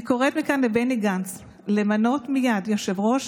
אני קוראת מכאן לבני גנץ למנות מייד יושב-ראש,